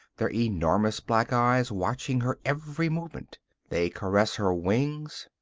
their enormous black eyes watching her every movement they caress her wings,